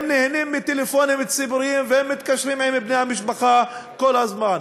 הם נהנים מטלפונים ציבוריים והם מתקשרים לבני המשפחה כל הזמן.